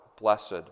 blessed